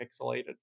pixelated